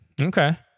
Okay